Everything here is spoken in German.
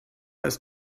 ist